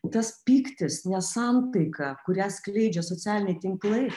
tas pyktis nesantaika kurią skleidžia socialiniai tinklai